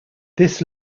this